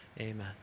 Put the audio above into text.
amen